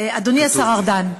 אדוני השר ארדן,